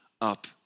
up